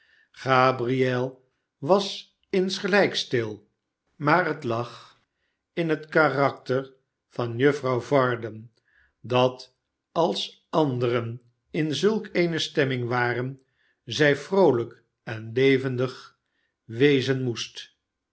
gabriel was insgelijks stil maar het lag in het karakter van juffrouw varden dat als anderen in zulk eene stemming waren zij vroolijk en levendig wezen moest